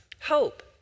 hope